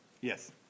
Yes